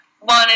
one